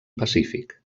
pacífic